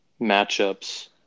matchups